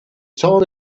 time